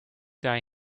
die